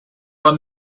were